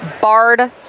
barred